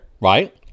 right